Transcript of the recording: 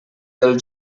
del